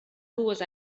dues